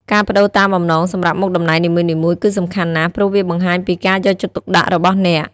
ការប្ដូរតាមបំណងសម្រាប់មុខតំណែងនីមួយៗគឺសំខាន់ណាស់ ព្រោះវាបង្ហាញពីការយកចិត្តទុកដាក់របស់អ្នក។